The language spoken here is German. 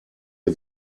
ihr